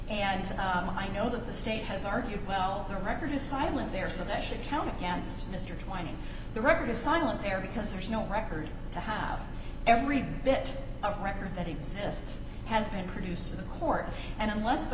and i know that the state has argued well the record is silent there so that should count against mr twining the record is silent there because there is no record to have every bit of record that exists has been produced in a court and unless the